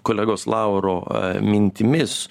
kolegos lauro mintimis